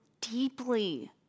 deeply